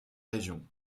région